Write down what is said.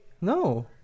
No